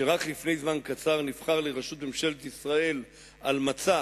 שרק לפני זמן קצר נבחר לראשות ממשלת ישראל על מצע